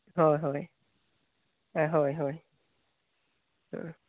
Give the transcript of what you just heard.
ᱦᱳᱭ ᱦᱳᱭ ᱦᱮᱸ ᱦᱳᱭ ᱦᱳᱭ